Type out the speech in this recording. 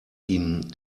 ihm